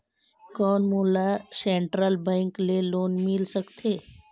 कौन मोला Central Bank ले लोन मिल सकथे?